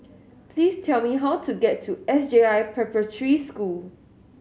please tell me how to get to S J I Preparatory School